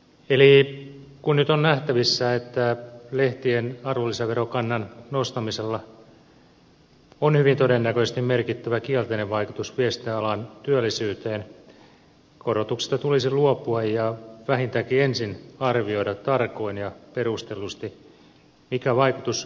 eli kun nyt on nähtävissä että lehtien arvonlisäverokanan nostamisella on hyvin todennäköisesti merkittävä kielteinen vaikutus viestintäalan työllisyyteen korotuksista tulisi luopua ja vähintäänkin ensin arvioida tarkoin ja perustellusti mikä vaikutus korotuksella on